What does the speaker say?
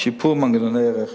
שיפור מנגנוני רכש.